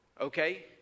okay